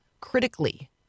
critically